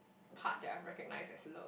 part that I recognise as love